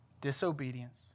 Disobedience